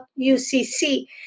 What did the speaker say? UCC